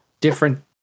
different